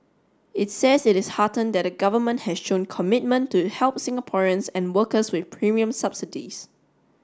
it says it is heartened that the government has shown commitment to help Singaporeans and workers with premium subsidies